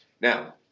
Now